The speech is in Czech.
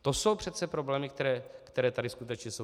To jsou přece problémy, které tady skutečně jsou.